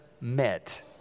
met